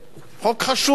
חוק חשוב מאוד שבו,